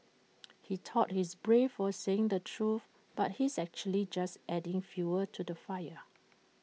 he thought he's brave for saying the truth but he's actually just adding fuel to the fire